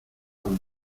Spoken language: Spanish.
los